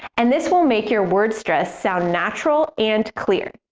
and this will make your word stress sound natural and clear.